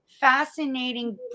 fascinating